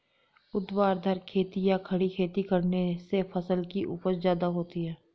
ऊर्ध्वाधर खेती या खड़ी खेती करने से फसल की उपज ज्यादा होती है